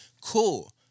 Cool